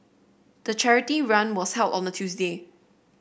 the charity run was held on a Tuesday